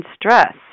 stress